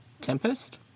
Tempest